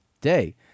day